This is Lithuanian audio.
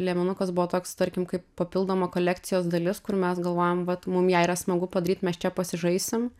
liemenukas buvo toks tarkim kaip papildoma kolekcijos dalis kur mes galvojam vat mum ją yra smagu padaryt mes čia pasižaisim